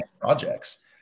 projects